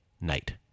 night